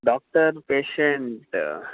doctor patient